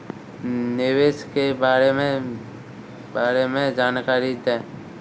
निवेश के बारे में जानकारी दें?